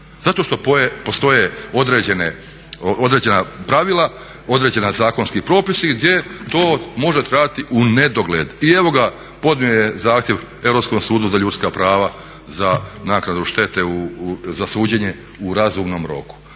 Zato što postoje određena pravila, određeni zakonski propisi gdje to može trajati unedogled. I evo ga podnio je zahtjev Europskom sudu za ljudska prava za naknadu štete za suđenje u razumnom roku.